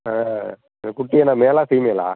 ஆ அந்த குட்டி என்ன மேலா ஃபீமேலா